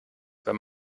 wenn